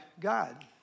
God